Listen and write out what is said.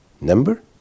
number